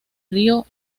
río